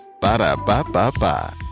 Ba-da-ba-ba-ba